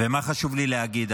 ומה חשוב לי להגיד?